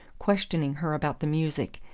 questioning her about the music,